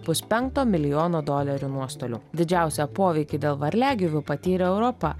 puspenkto milijono dolerių nuostolių didžiausią poveikį dėl varliagyvių patyrė europa